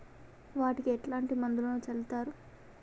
వాటికి ఎట్లాంటి మందులను చల్లుతరు?